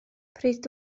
pryd